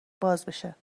بازشه